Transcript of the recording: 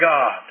God